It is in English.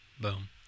Boom